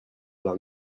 d’un